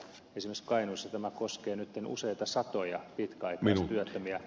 esimerkiksi kainuussa tämä koskee nytten useita satoja pitkäaikaistyöttömiä